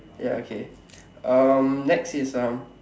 ya okay um next is um